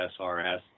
srs